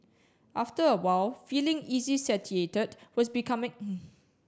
after a while feeling easily satiated was becoming